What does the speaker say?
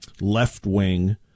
left-wing